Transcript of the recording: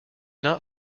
not